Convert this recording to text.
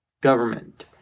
government